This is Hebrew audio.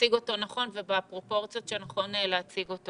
נציג אותו נכון ובפרופורציות שנכון להציגו.